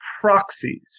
proxies